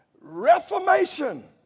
Reformation